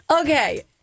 Okay